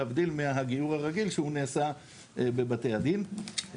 להבדיל מהגיור הרגיל שהוא נעשה בבתי הדין.